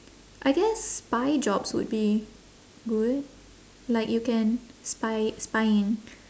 I guess spy jobs would be good like you can spy spying